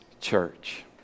church